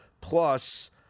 plus